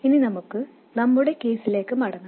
ഇനി നമുക്ക് നമ്മുടെ കേസിലേക്ക് മടങ്ങാം